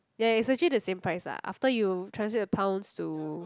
ya it's actually the same price lah after you translate the pounds to